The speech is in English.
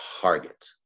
target